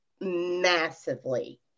massively